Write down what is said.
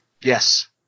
Yes